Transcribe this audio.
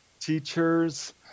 teachers